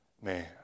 man